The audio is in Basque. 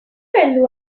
heldu